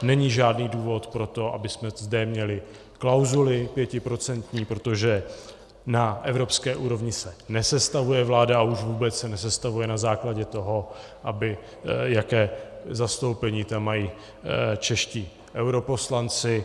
Není žádný důvod pro to, abychom zde měli klauzuli pětiprocentní, protože na evropské úrovni se nesestavuje vláda, a už vůbec se nesestavuje na základě toho, jaké zastoupení tam mají čeští europoslanci.